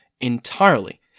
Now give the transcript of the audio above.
entirely